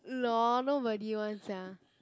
lol nobody [one] sia